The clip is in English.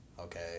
okay